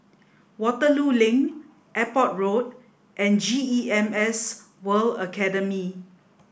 Waterloo Link Airport Road and G E M S World Academy